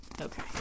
Okay